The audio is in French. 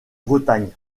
bretagne